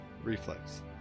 reflex